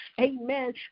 amen